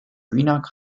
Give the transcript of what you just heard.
greenock